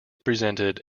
presented